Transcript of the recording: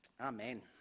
Amen